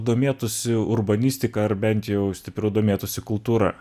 domėtųsi urbanistika ar bent jau stipriau domėtųsi kultūra